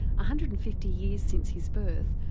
hundred and fifty years since his birth,